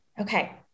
Okay